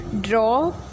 Draw